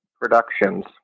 productions